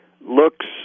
looks